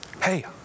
hey